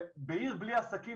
עיר בלי עסקים,